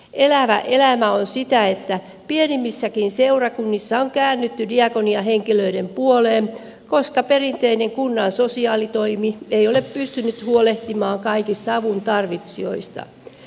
elävä elämä on sitä että pienimmissäkin seurakunnissa on käännytty diakoniahenkilöiden puoleen koska perinteinen kunnan sosiaalitoimi ei ole pystynyt huolehtimaan kaikista avuntarvitsijoista